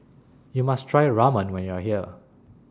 YOU must Try Ramen when YOU Are here